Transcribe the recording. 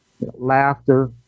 laughter